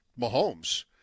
Mahomes